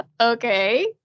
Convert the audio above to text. okay